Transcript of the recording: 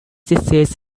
disease